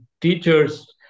teachers